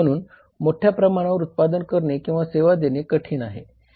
म्हणून मोठ्या प्रमाणावर उत्पादन करणे किंवा सेवा देणे कठीण आहे